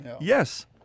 yes